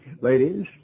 Ladies